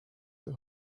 the